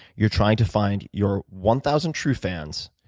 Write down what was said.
you're trying to find your one thousand true fans,